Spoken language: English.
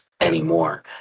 anymore